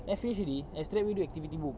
I finish already I straightaway do activity book